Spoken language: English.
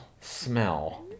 smell